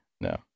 No